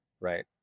Right